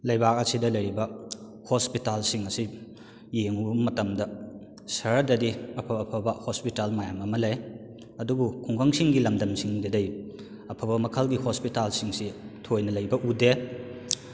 ꯂꯩꯕꯥꯛ ꯑꯁꯤꯗ ꯂꯩꯔꯤꯕ ꯍꯣꯁꯄꯤꯇꯥꯜꯁꯤꯡ ꯑꯁꯤ ꯌꯦꯡꯉꯨꯕ ꯃꯇꯝꯗ ꯁꯍꯔꯗꯗꯤ ꯑꯐ ꯑꯐꯕ ꯍꯣꯁꯄꯤꯇꯥꯜ ꯃꯌꯥꯝ ꯑꯃ ꯂꯩ ꯑꯗꯨꯕꯨ ꯈꯨꯡꯒꯪꯁꯤꯡꯒꯤ ꯂꯝꯗꯝꯁꯤꯡꯗꯗꯤ ꯑꯐꯕ ꯃꯈꯜꯒꯤ ꯍꯣꯁꯄꯤꯇꯥꯜꯁꯤꯡꯁꯤ ꯊꯣꯏꯅ ꯂꯩꯕ ꯎꯗꯦ